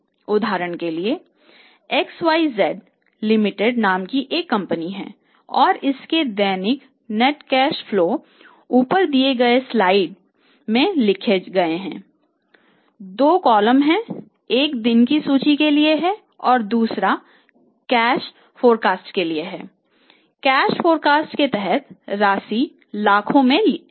उदाहरण के लिए xyz लिमिटेड नाम की एक कंपनी है और इसके दैनिक नेट कैश फ्लो के तहत राशि रुपये लाख में है